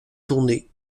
tournées